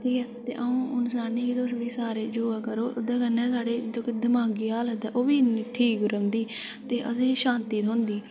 ठीक ऐ ते अ'ऊं हून सनानी कि तुस सारे योगा करो ते ओह्दे कन्नै साढ़े दिमागी हालत ऐ ओह् बी इ'न्नी ठीक रौहंदी ते असें ई शांति थ्होंदी